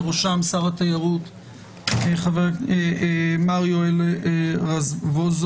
בראשם שר התיירות מר יואל רזבוזוב.